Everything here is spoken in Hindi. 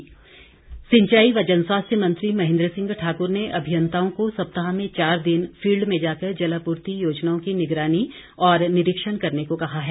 महेंद्र ठाकुर सिंचाई व जनस्वास्थ्य मंत्री महेंद्र सिंह ठाकुर ने अभियंताओं को सप्ताह में चार दिन फील्ड में जाकर जलापूर्ति योजनाओं की निगरानी और निरीक्षण करने को कहा है